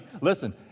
listen